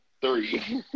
Three